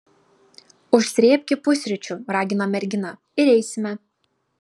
užsrėbki pusryčių ragino mergina ir eisime